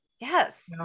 Yes